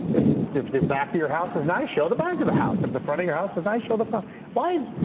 if the if the back of your house is no show the back of the house of the front of your house is they show the front line.